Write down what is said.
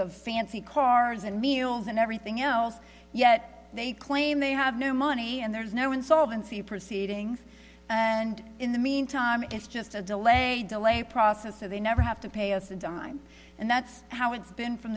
of fancy cars and meals and everything else yet they claim they have no money and there's no insolvency proceedings and in the meantime is just a delay a delay process so they never have to pay us a dime and that's how it's been from